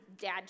dad